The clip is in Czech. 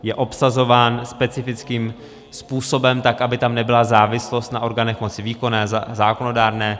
Je obsazován specifickým způsobem, tak aby tam nebyla závislost na orgánech moci výkonné, zákonodárné.